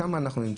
שם אנחנו נמצאים.